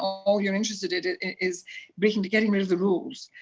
all you're interested in is getting getting rid of the rules,